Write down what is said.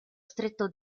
stretto